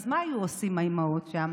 אז מה היו עושות האימהות שם?